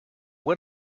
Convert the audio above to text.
what